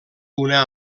una